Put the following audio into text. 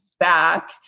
back